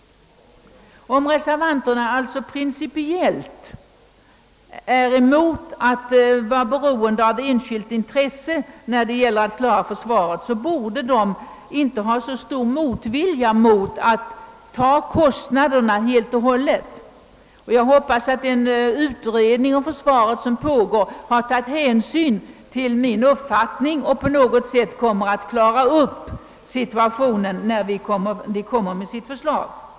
Om reservanterna alltså principiellt är emot att vara beroende av enskilt intresse när det gäller att klara försvaret borde de inte ha så stor motvilja mot att staten helt och hållet skall stå för kostnaderna. Jag hoppas att den utredning om försvaret som pågår har tagit hänsyn till min uppfattning och på något sätt kommer att klara upp situationen när den framlägger sitt förslag.